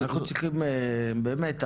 אנחנו צריכים באמת.